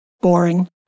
boring